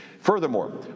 furthermore